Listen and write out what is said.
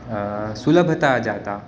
सुलभता जाता